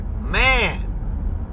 Man